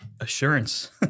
assurance